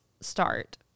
start